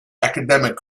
academic